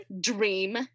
dream